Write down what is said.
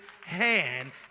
hand